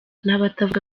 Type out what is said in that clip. n’abatavuga